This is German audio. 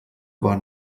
war